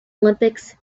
olympics